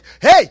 Hey